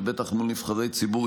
ובטח מול נבחרי ציבור,